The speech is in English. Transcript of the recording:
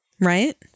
Right